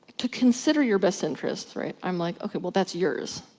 to consider your best interests, right? i'm like ok, well that's yours.